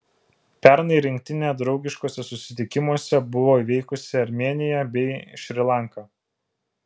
pernai rinktinė draugiškuose susitikimuose buvo įveikusi armėniją bei šri lanką